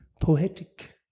poetic